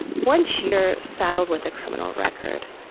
once you're saddled with a criminal record,